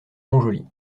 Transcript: montjoly